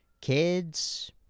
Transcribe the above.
Kids